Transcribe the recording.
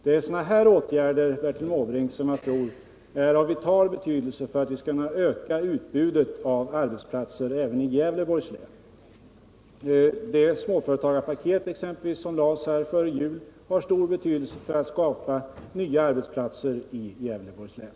Det är sådana här åtgärder jag tror är av vital betydelse för att vi skall kunna öka utbudet av arbetsplatser även i Gävleborgs län. Exempelvis det ”småföretagarpaket” som antogs av riksdagen före jul har stor beydelse för strävandena att skapa nya arbetsplatser i Gävleborgs län.